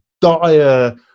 dire